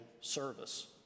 service